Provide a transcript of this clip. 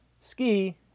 ski